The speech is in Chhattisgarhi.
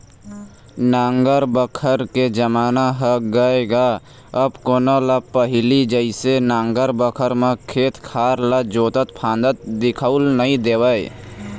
नांगर बखर के जमाना ह गय गा अब कोनो ल पहिली जइसे नांगर बखर म खेत खार ल जोतत फांदत दिखउल नइ देवय